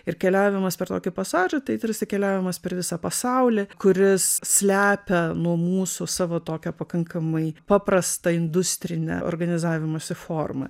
ir keliavimas per tokį pasažą tai tarsi keliavimas per visą pasaulį kuris slepia nuo mūsų savo tokią pakankamai paprastą industrinę organizavimosi formą